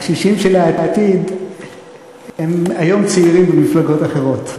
הקשישים של העתיד הם היום צעירים במפלגות אחרות.